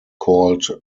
called